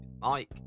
Mike